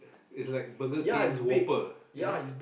it's like Burger King's Whopper you know